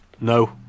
no